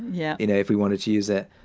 yeah. you know, if we wanted to use it,